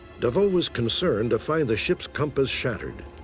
deveau was concerned to find the ship's compass shattered,